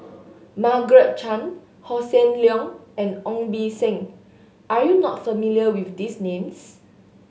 Margaret Chan Hossan Leong and Ong Beng Seng are you not familiar with these names